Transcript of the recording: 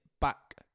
back